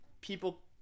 People